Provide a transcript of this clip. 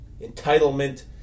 Entitlement